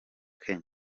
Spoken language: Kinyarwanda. kenya